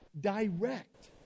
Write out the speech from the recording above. direct